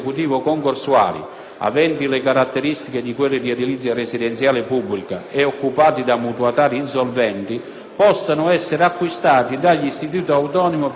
aventi le caratteristiche di quelli di edilizia residenziale pubblica e occupati da mutuatari insolventi, possano essere acquistati dagli Istituti autonomi per le case popolari